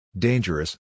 Dangerous